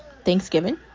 thanksgiving